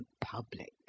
public